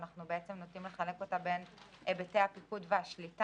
אנחנו בעצם רוצים לחלק אותה בין היבטי הפיקוד והשליטה,